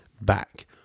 back